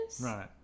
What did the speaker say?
Right